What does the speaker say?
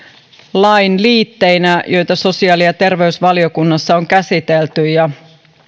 lain liitteinä joita sosiaali ja terveysvaliokunnassa on käsitelty